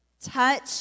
touch